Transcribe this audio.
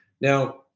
Now